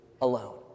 alone